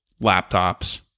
laptops